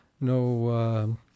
No